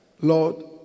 Lord